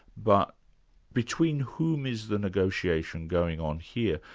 but between whom is the negotiation going on here,